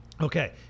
Okay